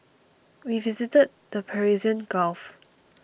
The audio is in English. we visited the Persian Gulf